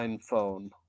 phone